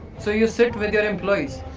so, you sit with your employees?